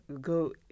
go